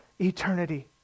eternity